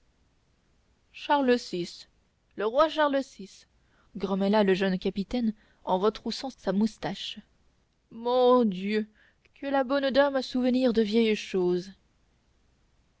charles vi le roi charles vi grommela le jeune capitaine en retroussant sa moustache mon dieu que la bonne dame a souvenir de vieilles choses